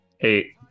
Eight